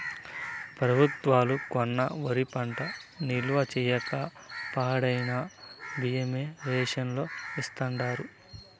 పెబుత్వాలు కొన్న వరి పంట నిల్వ చేయక పాడైన బియ్యమే రేషన్ లో ఇస్తాండారు